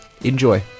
Enjoy